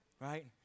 right